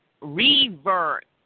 revert